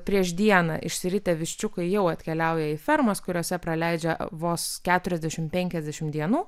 prieš dieną išsiritę viščiukai jau atkeliauja į fermas kuriose praleidžia vos keturiasdešimt penkiasdešimt dienų